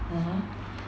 mmhmm